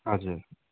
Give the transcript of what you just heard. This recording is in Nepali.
हजुर